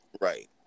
Right